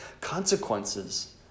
consequences